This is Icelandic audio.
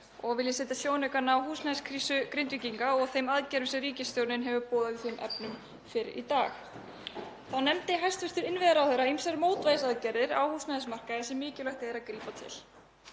þá vil ég setja sjónaukann á húsnæðiskrísu Grindvíkinga og þær aðgerðir sem ríkisstjórnin hefur boðað í þeim efnum fyrr í dag. Þá nefndi hæstv. innviðaráðherra ýmsar mótvægisaðgerðir á húsnæðismarkaði sem mikilvægt er að grípa til.